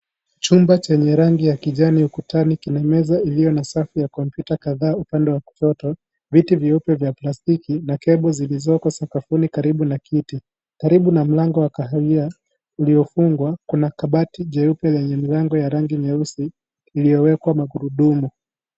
Chumba yenye rangi ya kijani ukutani ina meza ilio na safu ya kompyuta kadhaa upande wa kushoto, viti nyeupe ya plastiki na cables zilioko sakafuni karibu na kiti. Karibu na mlango wa kahawia uliofungwa kuna kabati jeupe yenye mlango nyeusi uliowekwa magurudumu.